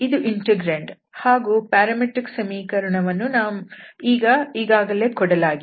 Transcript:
ಇದು ಇಂಟೆಗ್ರಾಂಡ್ ಹಾಗೂ ಪ್ಯಾರಾಮೆಟ್ರಿಕ್ ಸಮೀಕರಣವನ್ನು ಈಗಾಗಲೇ ಕೊಡಲಾಗಿದೆ